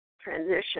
transition